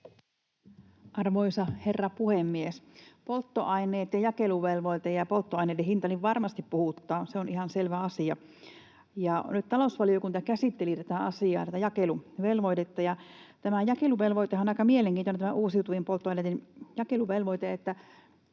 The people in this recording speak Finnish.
Arvoisa herra puhemies! Polttoaineet, jakeluvelvoite ja polttoaineiden hinta varmasti puhuttavat. Se on ihan selvä asia. Nyt talousvaliokunta käsitteli tätä asiaa, jakeluvelvoitetta, ja tämä uusiutuvien polttoaineiden jakeluvelvoitehan